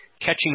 catching